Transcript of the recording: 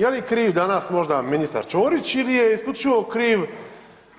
Je li kriv danas možda ministar Ćorić ili je isključivo kriv